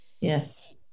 Yes